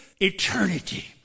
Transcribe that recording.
eternity